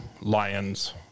Lion's